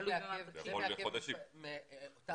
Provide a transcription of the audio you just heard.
יכול לעכב במשך חודשים.